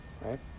Right